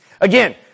Again